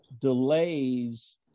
delays